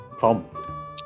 Tom